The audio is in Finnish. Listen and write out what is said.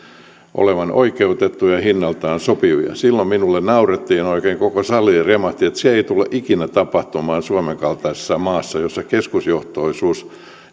olevan oikeutettuja ja hinnaltaan sopivia silloin minulle naurettiin oikein koko sali remahti että se ei tule ikinä tapahtumaan suomen kaltaisessa maassa jossa keskusjohtoisuus